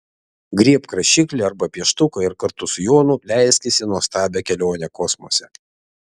griebk rašiklį arba pieštuką ir kartu su jonu leiskis į nuostabią kelionę kosmose